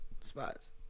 spots